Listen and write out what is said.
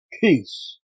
peace